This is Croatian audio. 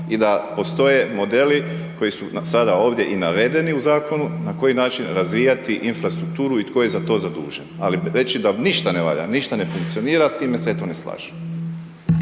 i da postoje modeli koji su sada ovdje i navedeni u zakonu na koji način razvijati infrastrukturu i tko je za to zadužen. Ali reći da ništa ne valja, ništa ne funkcionira s time se eto ne slažem.